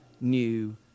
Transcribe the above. new